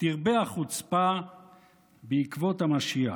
תרבה החוצפה בעקבות המשיח.